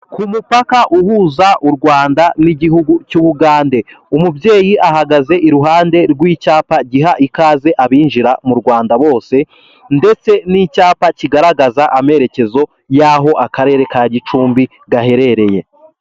Ku mupaka uhuza u Rwanda n'igihugu cy'ubugande umubyeyi ahagaze iruhande rw'icyapa giha ikaze abinjira mu Rwanda bose, ndetse n'icyapa kigaragaza amerekezo y'aho akarere ka Gicumbi gaherereye.